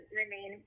remain